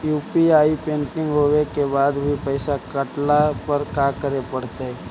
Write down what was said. UPI pending होवे के बाद भी पैसा कटला पर का करे पड़तई?